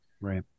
Right